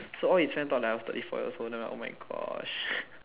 so all his friend thought that I was thirty four years old then I'm like oh my gosh